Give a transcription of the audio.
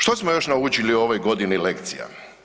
Što smo još naučili u ovoj godini lekcija.